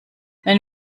wenn